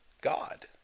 God